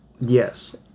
Yes